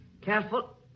Careful